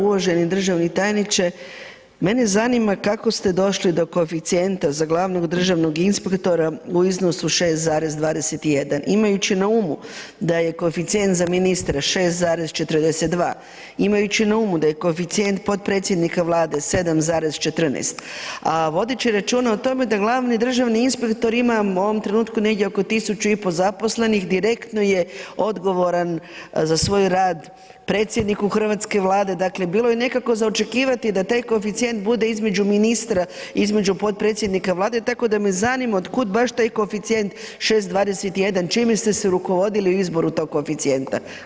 Uvaženi državni tajniče, mene zanima kako ste došli do koeficijenta za glavnog državnog inspektora u iznosu 6,21 imajući na umu da je koeficijent za ministra 6,42, imajući na umu da je koeficijent potpredsjednika vlade 7,14, a vodeći računa o tome da glavni državni inspektor ima u ovom trenutku negdje oko 1.500 zaposlenih direktno je odgovoran za svoj rad predsjedniku Hrvatske vlade, dakle bilo je nekako za očekivati da taj koeficijent bude između ministra, između potpredsjednika vlade, tako da me zanima od kud baš taj koeficijent 6,21, čime ste se rukovodili u izboru tog koeficijenta.